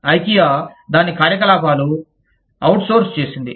IKEA దాని కార్యకలాపాలు outsource చేసింది